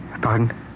Pardon